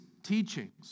Teachings